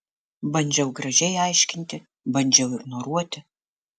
bandžiau gražiai aiškinti bandžiau ignoruoti